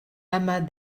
amas